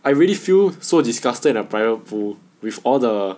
I already feel so disgusted at a private pool with all the